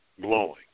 glowing